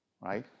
Right